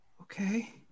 Okay